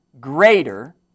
greater